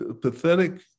pathetic